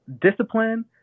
discipline